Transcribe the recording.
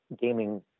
gaming